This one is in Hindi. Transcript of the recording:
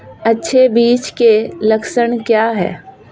अच्छे बीज के लक्षण क्या हैं?